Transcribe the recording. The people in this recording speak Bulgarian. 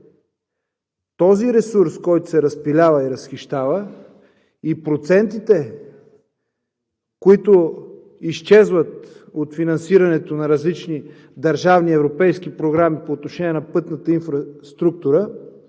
този ресурс, който се разпилява и разхищава и процентите, които изчезват от финансирането на различни държавни, европейски програми по отношение на пътната инфраструктура